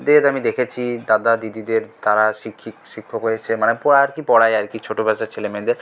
দের আমি দেখেছি দাদা দিদিদের তারা শিক্ষক হয়েছে মানে পড়া আর কি পড়ায় আর কি ছোটো বয়সের ছেলেমেয়েদের